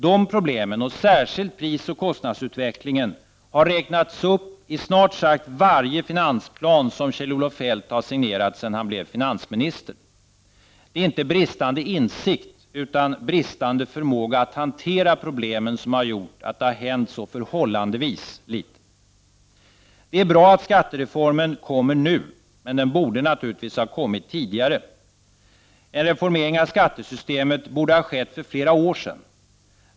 Dessa — särskilt prisoch kostnadsutvecklingen — har räknats upp i snart sagt varje finansplan som Kjell-Olof Feldt har signerat sedan han blev finansminister. Det är inte brist på insikt utan oförmåga att hantera problemen som gör att det hänt förhållandevis litet. Det är bra att skattereformen kommer nu — men den borde naturligtvis ha kommit tidigare. En reformering av skattesystemet borde ha skett för flera år sedan.